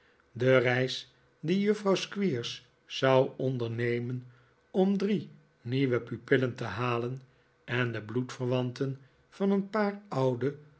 de reis die juffrouw squeers zou ondernemen om drie nieuwe pupillen te halen en de bloedverwanten van een paar oude